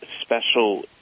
special